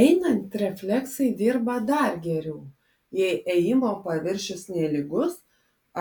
einant refleksai dirba dar geriau jei ėjimo paviršius nelygus